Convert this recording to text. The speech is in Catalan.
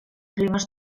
climes